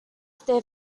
they